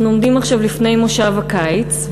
אנחנו עומדים עכשיו לפני מושב הקיץ,